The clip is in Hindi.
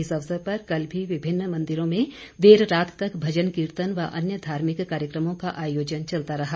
इस अवसर पर कल भी विभिन्न मन्दिरों में देर रात तक भजन कीर्तन व अन्य धार्मिक कार्यक्रमों का आयोजन चलता रहा